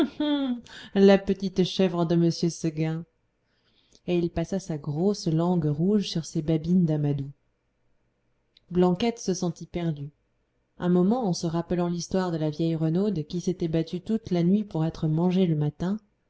la petite chèvre de m seguin et il passa sa grosse langue rouge sur ses babines d'amadou blanquette se sentit perdue un moment en se rappelant l'histoire de la vieille renaude qui s'était battue toute la nuit pour être mangée le matin